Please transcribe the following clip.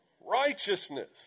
righteousness